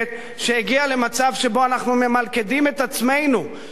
שהגיעה למצב שבו אנחנו ממלכדים את עצמנו בעצם